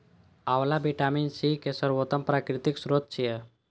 आंवला vitamin C के सर्वोत्तम प्राकृतिक स्रोत छियै